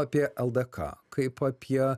apie ldk kaip apie